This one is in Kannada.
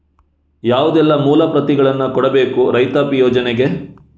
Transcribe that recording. ಯಾವುದೆಲ್ಲ ಮೂಲ ಪ್ರತಿಗಳನ್ನು ಕೊಡಬೇಕು ರೈತಾಪಿ ಯೋಜನೆಗೆ?